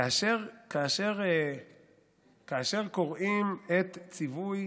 כאשר קוראים את ציווי